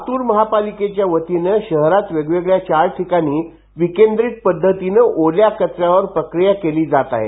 लातूर महापालिकेच्यावतीनं शहरात वेगवेगळ्या चार ठिकाणी विकेंद्रित पद्धतीनं ओल्या कचऱ्यावर प्रक्रिया केली जात आहे